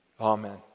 Amen